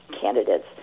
candidates